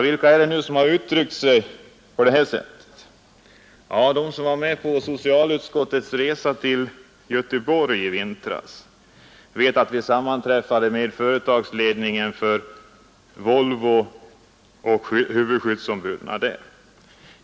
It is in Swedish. Vilka är det nu som har uttryckt sig på detta sätt? De som var med på socialutskottets resa till Göteborg i vintras vet att vi sammanträffade med företagsledningen och huvudskyddsombuden på Volvo.